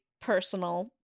personal